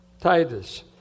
Titus